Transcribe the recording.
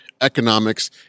economics